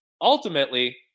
Ultimately